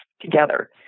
together